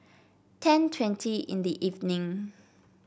ten twenty in the evening